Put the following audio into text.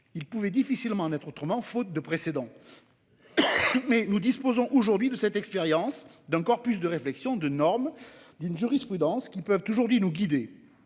Il pouvait difficilement en être autrement, faute de précédent. Toutefois, nous disposons aujourd'hui de cette expérience, d'un corpus de réflexions, de normes et d'une jurisprudence- tout cela peut nous guider.